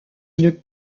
une